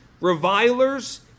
revilers